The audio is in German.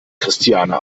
christiane